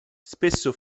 spesso